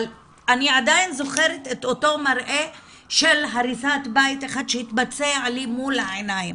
אבל אני עדיין זוכרת את המראה של הריסת בית אחד שהתבצע לי מול העיניים